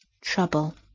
trouble